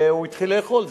והוא התחיל לאכול.